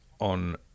on